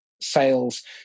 sales